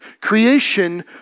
Creation